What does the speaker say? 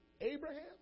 Abraham